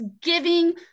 giving